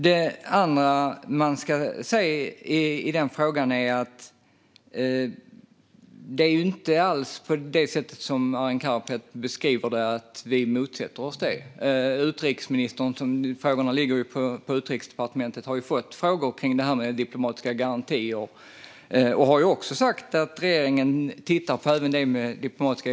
Det andra man ska se i den här frågan är att det inte alls är på det sättet att vi motsätter oss det här, så som Arin Karapet beskriver det. Utrikesministern har fått frågor om det här med diplomatiska garantier och har sagt att regeringen tittar på det.